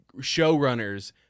showrunners